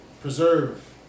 preserve